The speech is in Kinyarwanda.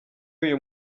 uyu